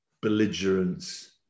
belligerence